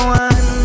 one